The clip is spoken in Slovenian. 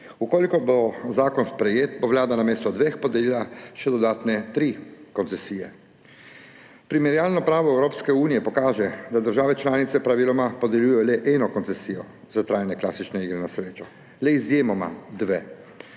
Če bo zakon sprejet, bo Vlada namesto dveh podelila še dodatne tri koncesije. Primerjalno pravo Evropske unije pokaže, da države članice praviloma podeljujejo le eno koncesijo za trajne klasične igre na srečo, le izjemoma dve.